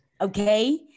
Okay